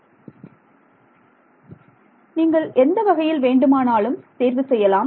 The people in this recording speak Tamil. மாணவர் நீங்கள் எந்த வகையில் வேண்டுமானாலும் தேர்வு செய்யலாம்